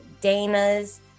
dana's